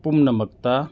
ꯄꯨꯝꯅꯃꯛꯇ